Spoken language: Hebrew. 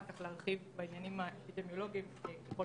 ככל